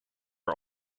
are